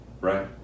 right